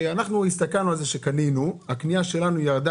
הסתכלנו על זה שקנינו, היקף הקנייה שלנו ירד.